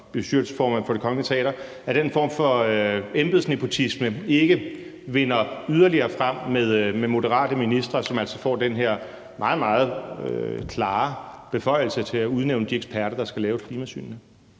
at den form for embedsnepotisme ikke vinder yderligere frem med moderate ministre, som altså får den her meget, meget klare beføjelse til at udnævne de eksperter, der skal lave klimasynene?